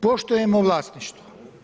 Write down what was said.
Poštujemo vlasništvo.